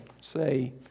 say